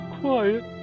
Quiet